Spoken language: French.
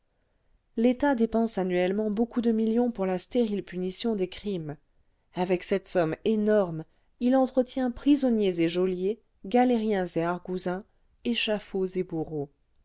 l'état dépense annuellement beaucoup de millions pour la stérile punition des crimes avec cette somme énorme il entretient prisonniers et geôliers galériens et argousins échafauds et bourreaux